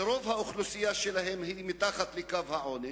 שרוב האוכלוסייה שלהם היא מתחת לקו העוני,